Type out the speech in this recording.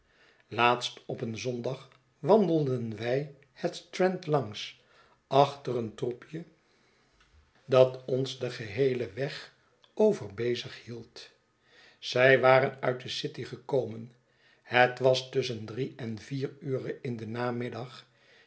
laatst op een zondag wandelden wij het strand langs achter een troepje dat ons den geheelen weg over bezig hield zij waren uit de city gekomen het was tusschen drie en vier ure in den namiddag